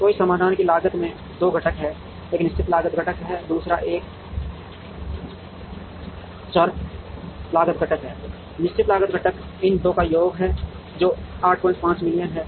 तो इस समाधान की लागत में 2 घटक हैं एक निश्चित लागत घटक है दूसरा एक चर लागत घटक है निश्चित लागत घटक इन 2 का योग है जो 85 मिलियन है